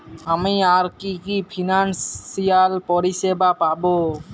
আমি আর কি কি ফিনান্সসিয়াল পরিষেবা পাব?